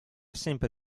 sempre